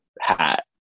hat